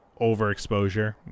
overexposure